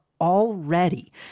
already